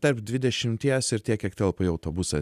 tarp dvidešimties ir tiek kiek telpa į autobusą